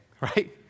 right